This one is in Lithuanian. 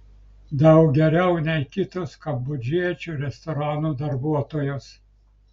daug geriau nei kitos kambodžiečių restoranų darbuotojos